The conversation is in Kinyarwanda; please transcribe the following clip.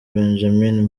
benjamin